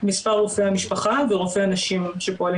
מספר רופאי המשפחה ורופאי הנשים שפועלים